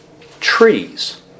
Trees